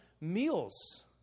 meals